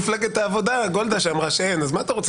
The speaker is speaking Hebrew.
ראש הממשלה.